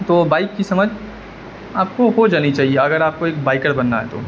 تو بائک کی سمجھ آپ کو ہو جانی چاہیے اگر آپ کو ایک بائیکر بننا ہے تو